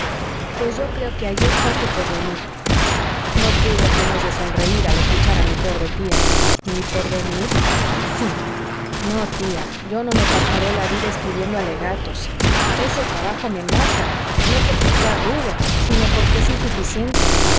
pues yo creo que allí está tu porvenir no pude menos de sonreir al escuchar a mi pobre tía mi porvenir sí no tía yo no me pasaré la vida escribiendo alegatos ese trabajo me mata no porque sea rudo sino porque es insuficiente